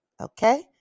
okay